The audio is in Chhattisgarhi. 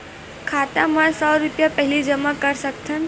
खाता मा सौ रुपिया पहिली जमा कर सकथन?